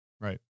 right